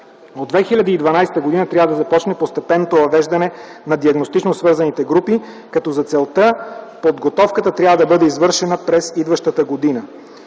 От 2012 г. трябва да започне постепенното въвеждане на диагностично свързаните групи, като за целта подготовката трябва да бъде извършена през идващата година.